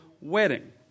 wedding